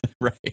Right